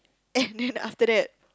and then after that